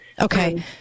Okay